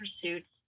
pursuits